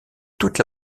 toute